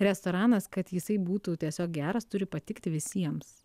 restoranas kad jisai būtų tiesiog geras turi patikti visiems